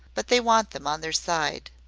but they want them on their side.